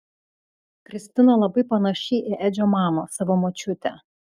kristina labai panaši į edžio mamą savo močiutę